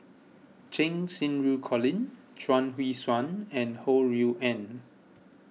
Cheng Xinru Colin Chuang Hui Tsuan and Ho Rui An